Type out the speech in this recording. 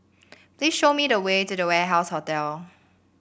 please show me the way to The Warehouse Hotel